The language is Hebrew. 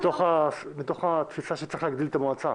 מתוך תפיסה שצריך להגדיל את המועצה.